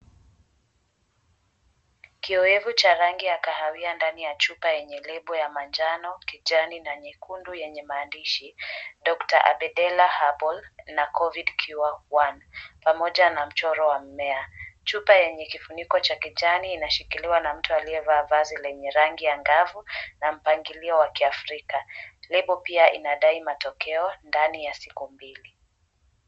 Kiyowevu cha rangi ya kahawia ndani ya chupa yenye lebo ya manjano, kijani na nyekundu, yenye maandishi, Dr Abdella Herbal, na Covid Cure(1), pamoja na mchoro wa mmea. Chupa yenye kifuniko cha kijani inashikiliwa na mtu aliyevaa vazi lenye rangi angavu na mpangilio wa kiafrika. Lebo pia inadai matokeo ndani ya siku mbili.